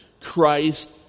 Christ